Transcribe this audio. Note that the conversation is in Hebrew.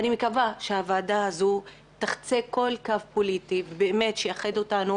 אני מקווה שוועדה זו תחצה כל קו פוליטי ושתאחד אותנו